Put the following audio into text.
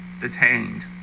detained